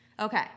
Okay